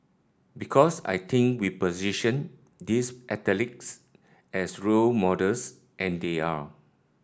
because I think we position these athletes as role models and they are